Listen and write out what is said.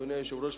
אדוני היושב-ראש,